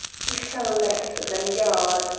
he fell less than a yard!